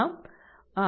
આમ તે